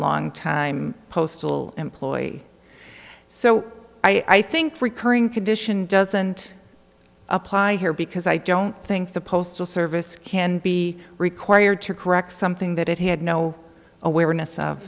long time postal employee so i think recurring condition doesn't apply here because i don't think the postal service can be required to correct something that it had no awareness